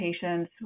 patients